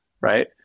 right